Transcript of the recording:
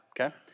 okay